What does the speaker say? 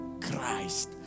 Christ